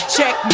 Check